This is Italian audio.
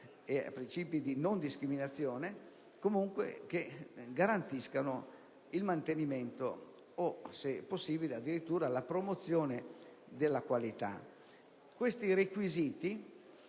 trasparenza e di non discriminazione, tali da garantire il mantenimento o, se possibile, addirittura la promozione della qualità. Questi requisiti